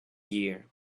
year